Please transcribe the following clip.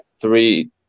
three